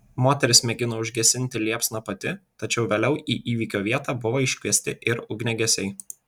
moteris mėgino užgesinti liepsną pati tačiau vėliau į įvykio vietą buvo iškviesti ir ugniagesiai